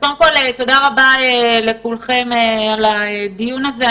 תודה לכולכם על הדיון הזה.